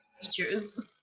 features